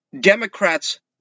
Democrats